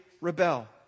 rebel